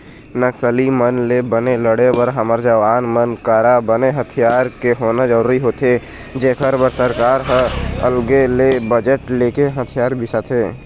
नक्सली मन ले बने लड़े बर हमर जवान मन करा बने हथियार के होना जरुरी होथे जेखर बर सरकार ह अलगे ले बजट लेके हथियार बिसाथे